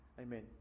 amen